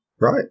Right